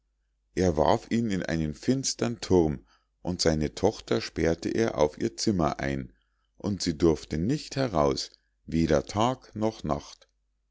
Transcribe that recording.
er warf ihn in einen finstern thurm und seine tochter sperrte er auf ihr zimmer ein und sie durfte nicht heraus weder tag noch nacht